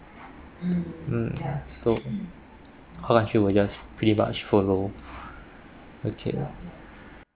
mm so whole country will just pretty much follow okay